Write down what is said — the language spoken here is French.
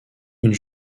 une